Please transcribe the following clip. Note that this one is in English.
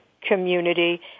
community